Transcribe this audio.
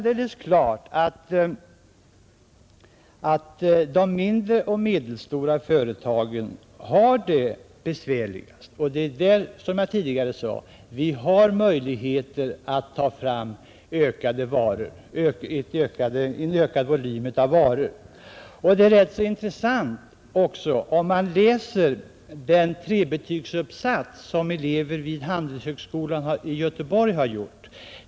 De mindre och medelstora företagen har det besvärligt, och det är via dem, som jag tidigare sade, vi bl.a. har möjligheter att ta fram en ökad volym av varor. Det är rätt intressant att läsa en trebetygsuppsats som elever vid handelshögskolan i Göteborg har gjort.